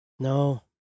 No